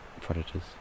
predators